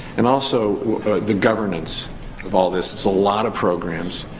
and also the governance of all this. it's a lot of programs.